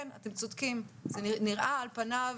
אתם צודקים זה נראה, על-פניו,